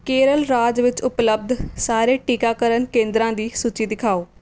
ਕੇਰਲ ਰਾਜ ਵਿੱਚ ਉਪਲਬਧ ਸਾਰੇ ਟੀਕਾਕਰਨ ਕੇਂਦਰਾਂ ਦੀ ਸੂਚੀ ਦਿਖਾਓ